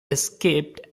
escaped